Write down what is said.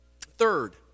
Third